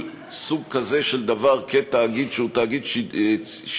סוג כזה של דבר כתאגיד שהוא תאגיד ציבורי,